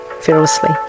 fearlessly